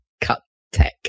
Cut-tech